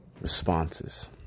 Responses